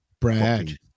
Brad